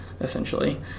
essentially